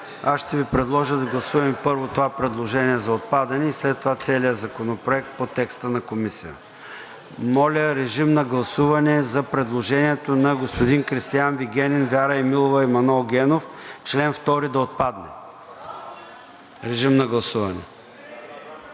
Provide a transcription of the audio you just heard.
аз ще Ви предложа да гласуваме първо това предложение за отпадане и след това целия законопроект по текста на Комисията. Моля, режим на гласуване за предложението на господин Кристиан Вигенин, Вяра Емилова и Манол Генов – чл. 2 да отпадне. Гласували